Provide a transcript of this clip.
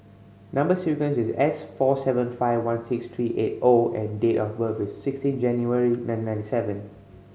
number sequence is S four seven five one six three eight O and date of birth is sixteen January nineteen ninety seven